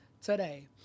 today